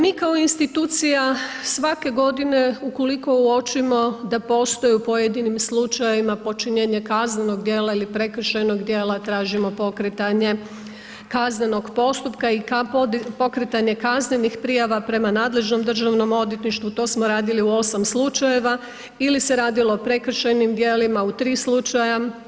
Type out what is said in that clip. Mi kao institucija svake godine ukoliko uočimo da postoji u pojedinim slučajevima počinjenje kaznenog djela ili prekršajnog djela tražimo pokretanje kaznenog postupka i pokretanje kaznenih prijava prema nadležnom državnom odvjetništvu, to smo radili u 8 slučajeva, ili se radilo o prekršajnim dijelima u 3 slučaja.